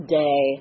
day